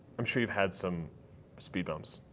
i'm sure you've had some speed bumps,